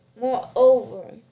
Moreover